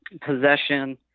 possession